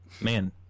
man